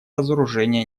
разоружения